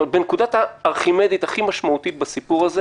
כלומר בנקודה הארכימדית הכי משמעותית בסיפור הזה